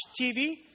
TV